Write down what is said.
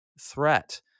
threat